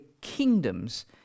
kingdoms